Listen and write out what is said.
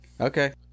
Okay